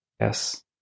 Yes